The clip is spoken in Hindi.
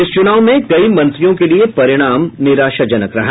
इस चुनाव में कई मंत्रियों के लिए परिणाम निराशाजनक रहा